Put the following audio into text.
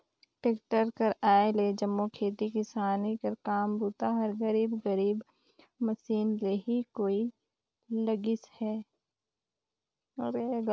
tractor कर आए ले जम्मो खेती किसानी कर काम बूता हर करीब करीब मसीन ले ही होए लगिस अहे